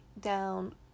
down